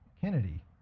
Kennedy